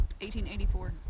1884